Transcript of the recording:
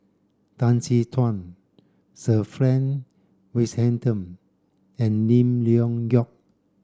Tan Chin Tuan Sir Frank Swettenham and Lim Leong Geok